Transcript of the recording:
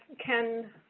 ken